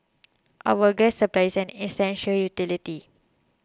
our gas supply is an essential utility